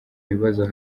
ibibazo